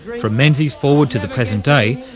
from menzies forward to the present day,